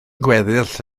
gweddill